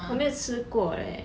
我没吃过 leh